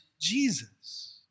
Jesus